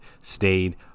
stayed